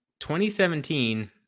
2017